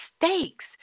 mistakes